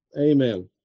Amen